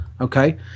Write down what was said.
okay